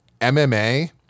MMA